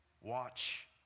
watch